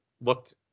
looked